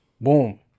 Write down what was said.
Boom